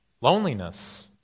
Loneliness